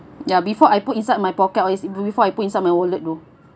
ya before I put inside my pocket or is before I put inside my wallet though